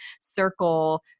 circle